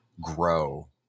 grow